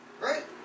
right